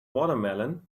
watermelon